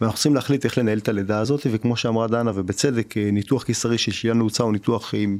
ואנחנו חושבים להחליט איך לנהל את הלידה הזאת, וכמו שאמרה דנה, ובצדק, ניתוח קיסרי של שיליה נעוצה הוא ניתוח חיים.